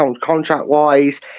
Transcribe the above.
contract-wise